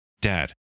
Dad